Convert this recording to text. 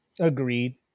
agreed